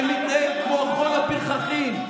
שמתנהג כמו אחרון הפרחחים.